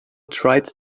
tried